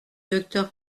docteur